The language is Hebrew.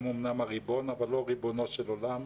הם אמנם הריבון אבל לא ריבונו של עולם.